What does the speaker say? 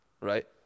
right